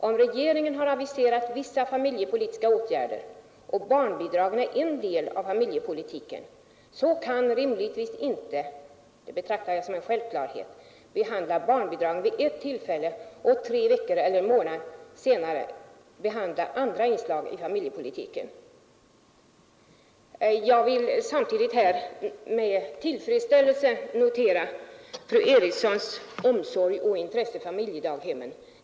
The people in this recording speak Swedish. Om regeringen har aviserat vissa familjepolitiska åtgärder — och barnbidragen är en del av familjepolitiken — så kan man rimligtvis inte — detta betraktar jag som en självklarhet — behandla barnbidragen vid ett tillfälle och tre veckor eller en månad senare behandla andra inslag i familjepolitiken.” Jag vill samtidigt med tillfredsställelse notera fru Erikssons omsorg och intresse för familjedaghemmen.